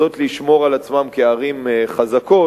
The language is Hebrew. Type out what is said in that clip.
רוצות לשמור על עצמן כערים חזקות.